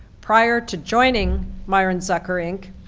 prior to joining myron zucker, inc,